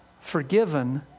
forgiven